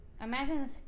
Imagine